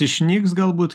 išnyks galbūt